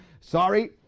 sorry